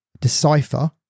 decipher